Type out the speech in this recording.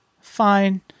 Fine